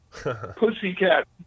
pussycat